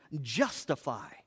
justify